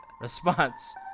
Response